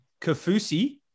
Kafusi